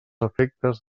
efectes